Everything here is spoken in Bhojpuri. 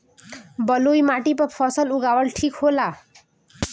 बलुई माटी पर फसल उगावल ठीक होला?